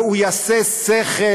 והוא יעשה שכל,